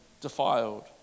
defiled